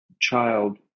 child